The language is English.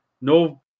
no